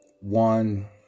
one